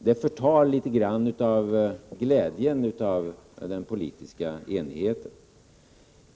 Det förtar litet grand av glädjen med den politiska enigheten.